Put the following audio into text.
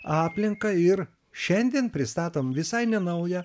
aplinka ir šiandien pristatom visai nenaują